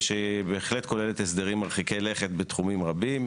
שבהחלט כוללת הסדרים מרחיקי לכת בתחומים רבים,